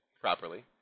Properly